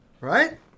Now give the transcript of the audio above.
right